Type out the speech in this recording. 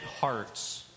hearts